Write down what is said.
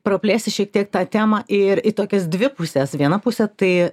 praplėsti šiek tiek tą temą ir į tokias dvi puses viena pusė tai